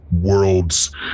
worlds